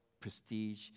prestige